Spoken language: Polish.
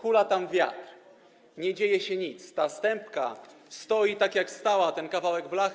Hula tam wiatr, nie dzieje się nic, ta stępka stoi tak jak stała, ten kawałek blachy.